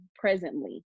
presently